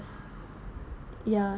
ya